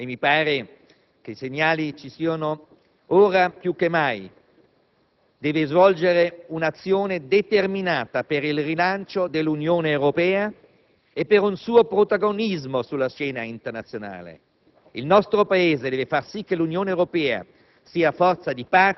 Per concludere, signor Presidente, preannuncio il voto favorevole del Gruppo Per le Autonomie al disegno di legge in esame, perché il multilateralismo è al centro della politica estera di questo Esecutivo, ma soprattutto perché esso si è fatto promotore di una conferenza internazionale di pace.